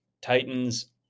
Titans